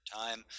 time